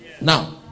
now